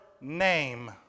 name